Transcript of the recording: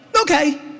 okay